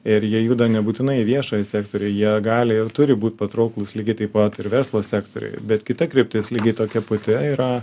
ir jie juda nebūtinai į viešąjį sektorių jie gali ir tur būt patrauklūs lygiai taip pat ir verslo sektoriui bet kita kryptis lygiai tokia pati yra